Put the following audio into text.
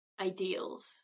ideals